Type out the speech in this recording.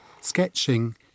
sketching